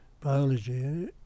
biology